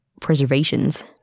preservations